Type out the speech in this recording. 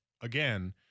again